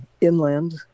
inland